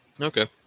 Okay